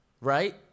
right